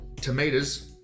tomatoes